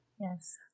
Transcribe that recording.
Yes